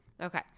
Okay